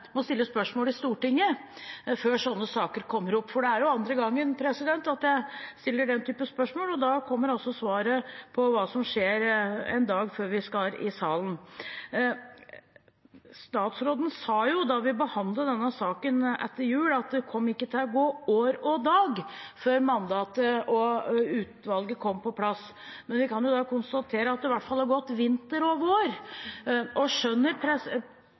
må stille spørsmål i Stortinget før sånne saker kommer opp. Det er andre gangen jeg stiller den type spørsmål, og da kommer altså svaret på hva som skjer, én dag før vi skal i salen. Statsråden sa da vi behandlet denne saken etter jul, at det kom ikke til å gå år og dag før mandatet og utvalget kom på plass, men vi kan konstatere at det i hvert fall har gått vinter og vår. Skjønner